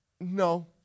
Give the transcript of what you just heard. No